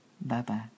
Bye-bye